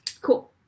Cool